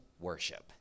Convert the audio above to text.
worship